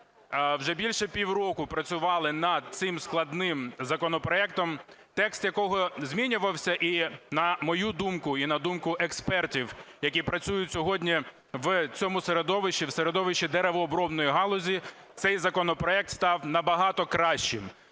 вже більше пів року працювали над цим складним законопроектом, текст якого змінювався. І на мою думку, і на думку експертів, які працюють сьогодні в цьому середовищі, в середовищі деревообробної галузі, цей законопроект став набагато кращим.